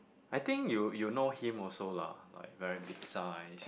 I think you you know him also lah like very big size